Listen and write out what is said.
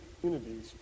communities